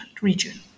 region